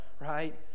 right